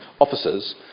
officers